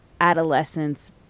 adolescence